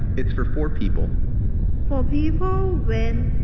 it's for four people four people? when?